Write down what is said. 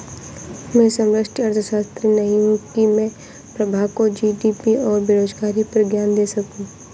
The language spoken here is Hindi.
मैं समष्टि अर्थशास्त्री नहीं हूं की मैं प्रभा को जी.डी.पी और बेरोजगारी पर ज्ञान दे सकूं